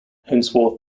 henceforth